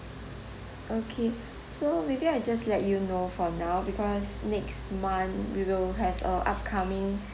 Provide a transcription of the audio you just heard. okay so maybe I just let you know for now because next month we will have a upcoming